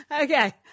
Okay